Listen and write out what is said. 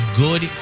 good